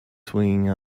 swinging